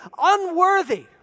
unworthy